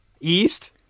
East